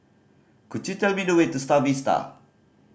could you tell me the way to Star Vista